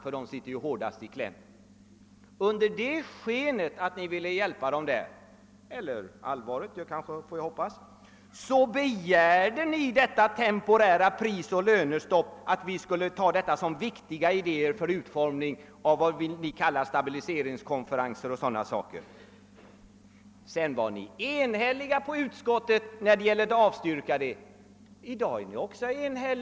Under sken av at" vilja hjälpa låglönegrupperna — eller, får vi hoppas, i det allvarliga syftet att hjälpa dem? — begärde ni att vi skulle ta förslaget om cit temporärt prisoch lönestopp som en viktig idé för utformningen av vad ni kallar stabiliseringskonferenser. Men sedan var ni enhälliga när det gällde att avstyrka förslaget i utskottet.